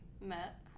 met